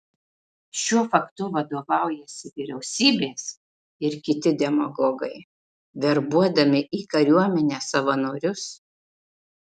šiuo faktu vadovaujasi vyriausybės ir kiti demagogai verbuodami į kariuomenę savanorius